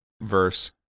verse